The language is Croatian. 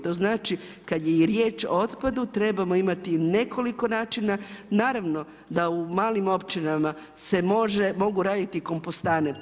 To znači kad je riječ o otpadu trebamo imati nekoliko načina, naravno da u malim općinama se mogu raditi kompostane.